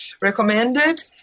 recommended